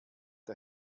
der